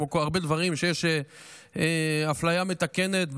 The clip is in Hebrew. כמו הרבה דברים שיש בהם אפליה מתקנת,